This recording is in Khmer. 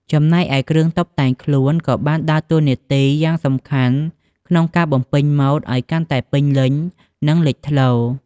ចំណែកឯ គ្រឿងតុបតែងខ្លួនក៏បានដើរតួនាទីយ៉ាងសំខាន់ក្នុងការបំពេញម៉ូដឲ្យកាន់តែពេញលេញ និងលេចធ្លោ។